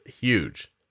huge